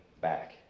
back